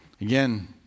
Again